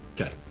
okay